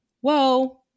Whoa